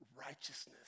righteousness